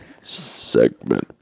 Segment